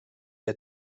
der